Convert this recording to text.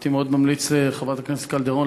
הייתי מאוד ממליץ לחברת הכנסת קלדרון